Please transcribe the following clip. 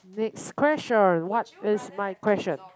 next question what is my question